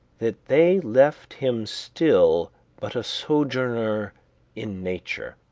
that they left him still but a sojourner in nature.